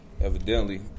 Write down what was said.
evidently